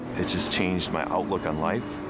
it just changed my outlook on life.